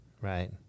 Right